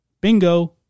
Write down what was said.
Bingo